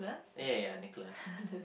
ya ya ya Nicholas